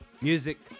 Music